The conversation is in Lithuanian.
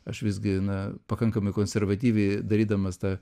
aš visgi na pakankamai konservatyviai darydamas tą